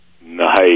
Nice